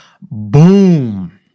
boom